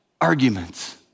arguments